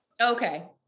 Okay